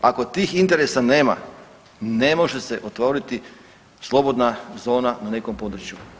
Ako tih interesa nema ne može se otvoriti slobodna zona u nekom području.